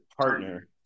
partner